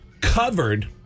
covered